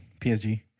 PSG